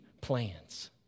plans